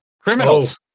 Criminals